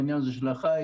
בעניין הזה של החיץ,